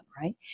right